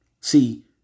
See